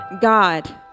God